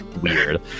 weird